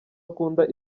akunda